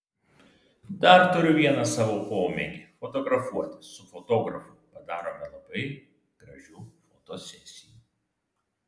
dar turiu vieną savo pomėgį fotografuotis su fotografu padarome labai gražių fotosesijų